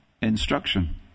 instruction